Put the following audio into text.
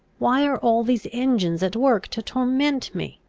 why are all these engines at work to torment me?